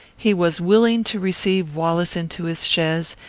he was willing to receive wallace into his chaise,